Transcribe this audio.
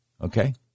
Okay